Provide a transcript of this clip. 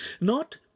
Not